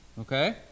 Okay